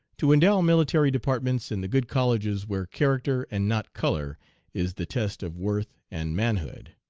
to endow military departments in the good colleges where character and not color is the test of worth and manhood.